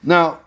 Now